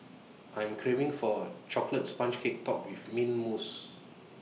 I am craving for A Chocolate Sponge Cake Topped with Mint Mousse